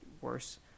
worse